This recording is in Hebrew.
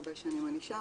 הרבה שנים אני שם,